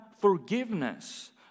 forgiveness